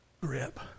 grip